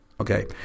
Okay